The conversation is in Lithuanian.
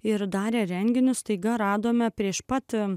ir darę renginius staiga radome prieš pat